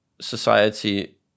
society